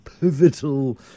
pivotal